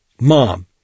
Mom